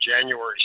January